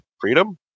freedom